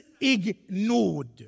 ignored